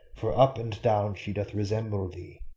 for up and down she doth resemble thee.